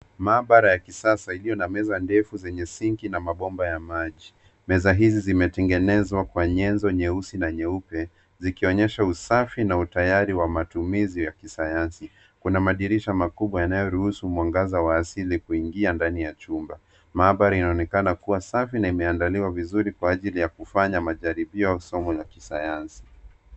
Maabara ya kisasa ikiwa na meza ndefu zenye sinki na mabomba ya maji. Meza hizi zimetingenezwa kwa nyenzo nyeusi na nyeupe. Zikionyesha usafi na utayari wa matumizi ya kisayansi. Kuna madirisha makubwa ya kuruhusu mwangaza wa asili kuingia ndani ya chumba. Mabara yanaonekana kuwa safi na yameandaliwa vizuri kwa ajili ya kufanya majaribio au somo la kisayansi.